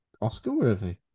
Oscar-worthy